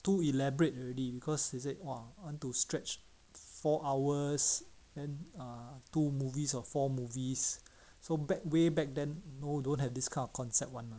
too elaborate already because he said !wah! want to stretch four hours and err two movies or four movies so back way back then no don't have this kind of concept [one]